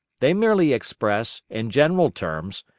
they merely express, in general terms,